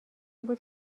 بود